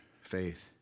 faith